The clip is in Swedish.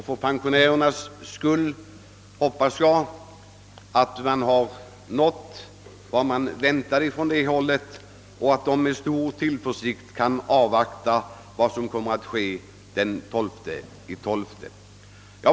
För pensionärernas skull hoppas jag att vi har uppnått vad de väntade sig och att de med stor tillförsikt kan avvakta vad som kommer att ske den 12 december.